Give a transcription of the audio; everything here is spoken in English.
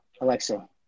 alexa